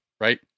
right